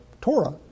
Torah